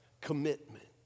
commitment